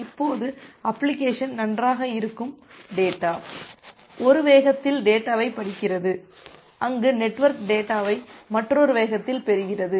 இப்போது அப்ளிகேஷன் நன்றாக இருக்கும் டேட்டா ஒரு வேகத்தில் டேட்டாவைப் படிக்கிறது அங்கு நெட்வொர்க் டேட்டாவை மற்றொரு வேகத்தில் பெறுகிறது